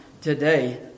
today